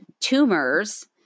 tumors